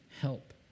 help